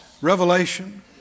revelation